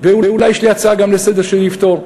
ואולי יש לי גם הצעה לסדר שתפתור,